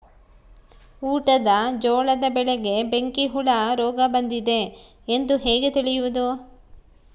ಊಟದ ಜೋಳದ ಬೆಳೆಗೆ ಬೆಂಕಿ ಹುಳ ರೋಗ ಬಂದಿದೆ ಎಂದು ಹೇಗೆ ತಿಳಿಯುವುದು?